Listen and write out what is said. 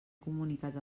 comunicat